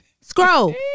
Scroll